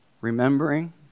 remembering